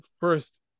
first